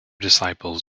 disciples